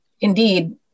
indeed